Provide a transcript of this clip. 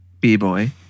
B-boy